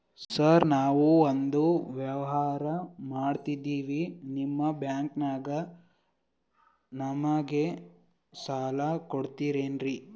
Sir ನಾವು ಒಂದು ವ್ಯವಹಾರ ಮಾಡಕ್ತಿವಿ ನಿಮ್ಮ ಬ್ಯಾಂಕನಾಗ ನಮಿಗೆ ಸಾಲ ಕೊಡ್ತಿರೇನ್ರಿ?